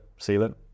sealant